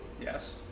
Yes